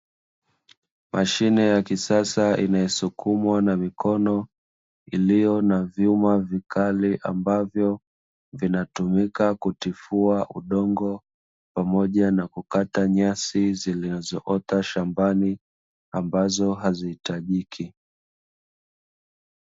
Mashine ya kisasa inayosukumwa na mikono iliyo na vyuma vikali ambavyo vinatumika kutifua udongo pamoja na kukata nyasi zilizoota shambani ambazo hazihitajiki.